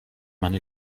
meine